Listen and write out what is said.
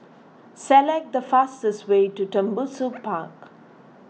select the fastest way to Tembusu Park